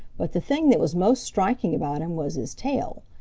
but the thing that was most striking about him was his tail,